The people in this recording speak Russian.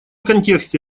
контексте